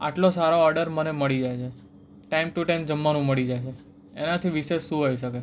આટલો સારો ઓર્ડર મને મળી જાય છે ટાઈમ ટુ ટાઈમ જમવાનું મળી જાય છે એનાથી વિશેષ શું હોઈ શકે